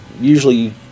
usually